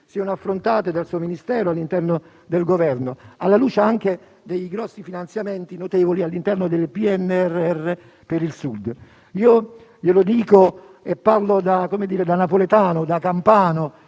siano affrontate dal suo Ministero e all'interno del Governo, alla luce anche dei notevoli finanziamenti all'interno del PNRR per il Sud. Lo dico da napoletano, da campano,